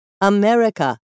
America